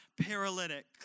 paralytic